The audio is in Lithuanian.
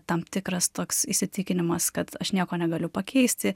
tam tikras toks įsitikinimas kad aš nieko negaliu pakeisti